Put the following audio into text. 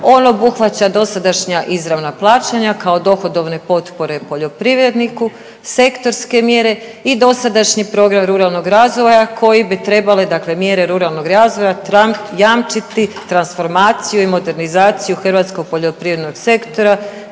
On obuhvaća dosadašnja izravna plaćanja kao dohodovne potpore poljoprivredniku, sektorske mjere i dosadašnji program ruralnog razvoja koje bi trebale, dakle mjere ruralnog razvoja jamčiti transformaciju i modernizaciju hrvatskog poljoprivrednog sektora